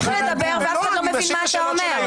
תמשיך, בבקשה.